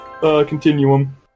continuum